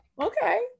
Okay